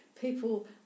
people